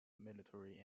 military